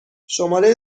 شماره